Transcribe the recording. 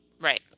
right